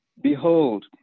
behold